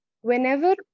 whenever